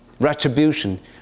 retribution